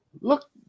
Look